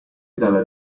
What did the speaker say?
dalla